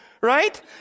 right